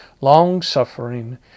long-suffering